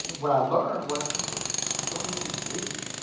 what i learned was you just don't need to be greedy.